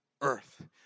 earth